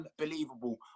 Unbelievable